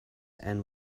and